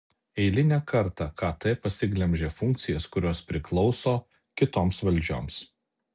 eilinę kartą kt pasiglemžia funkcijas kurios priklauso kitoms valdžioms